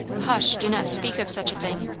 hush! do not speak of such a thing.